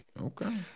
Okay